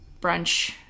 brunch